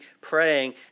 praying